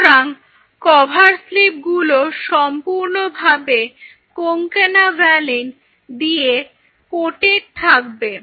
সুতরাং cover slip গুলো সম্পূর্ণভাবে Concanavaline দিয়ে কোটেড থাকবে